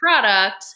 product